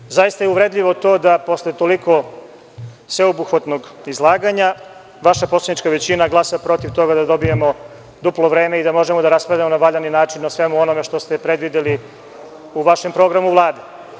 Dakle, zaista je uvredljivo to da posle toliko sveobuhvatnog izlaganja vaša poslanička većina glasa protiv toga da dobijemo duplo vreme i da možemo da raspravljamo na valjani način o svemu onome što ste predvideli u vašem programu Vlade.